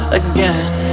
again